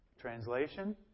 translation